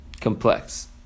complex